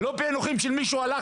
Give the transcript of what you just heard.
אז אלה לא פיענוחים של מישהו שהלך